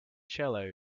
cello